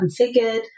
configured